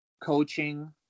coaching